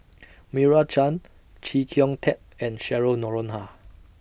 Meira Chand Chee Kong Tet and Cheryl Noronha